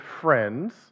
friends